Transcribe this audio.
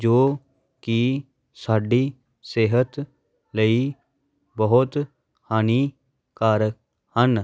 ਜੋ ਕਿ ਸਾਡੀ ਸਿਹਤ ਲਈ ਬਹੁਤ ਹਾਨੀਕਾਰਕ ਹਨ